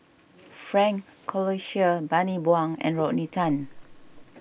Frank Cloutier Bani Buang and Rodney Tan